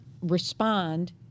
respond